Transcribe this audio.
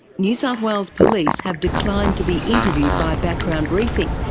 new south wales police have declined to be interviewed by background briefing,